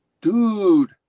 dude